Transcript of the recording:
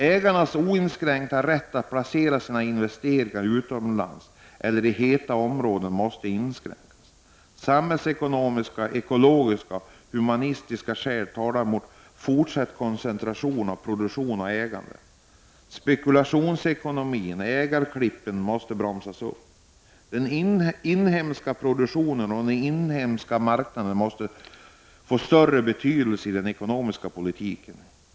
Ägarnas oinskränkta rätt att placera sina investeringar utomlands eller i ”heta” områden måste inskränkas. Samhällsekonomiska, ekologiska och humanitära skäl talar mot fortsatt koncentration av produktion och ägande. Spekulationsekonomin och ägarklippen måste bromsas. Den inhemska produktionen och den inhemska marknaden måste få större tyngd i den ekonomiska politiken.